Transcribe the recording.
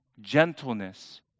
gentleness